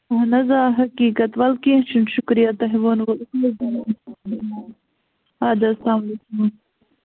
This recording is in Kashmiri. اَہَن حظ آ حقیٖقت وَلہٕ کیٚنٛہہ چھُنہٕ شُکریہ تۄہہِ ووٚنوٕ اَدٕ حظ سلام علیکُم